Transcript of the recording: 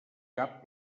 cap